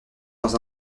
dans